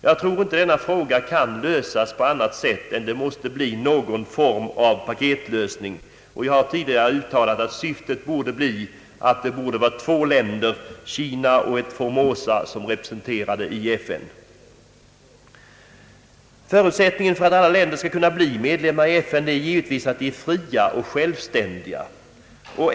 Jag tror inte att denna fråga kan lösas på annat sätt än genom någon form av paketlösning. Jag har tidigare uttalat att syftet borde bli att både Fastlands Kina och Formosa blir representerade i FN. Förutsättningen för att alla länder skall kunna bli medlemmar i FN är givetvis att de är fria och självständiga.